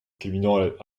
culminant